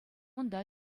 унта